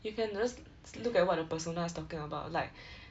you can just look at what the persona is talking about like